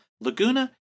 Laguna